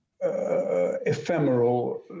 ephemeral